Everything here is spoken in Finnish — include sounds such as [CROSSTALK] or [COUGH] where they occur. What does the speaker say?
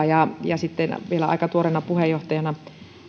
[UNINTELLIGIBLE] ja sitten vielä aika tuoreena puheenjohtajana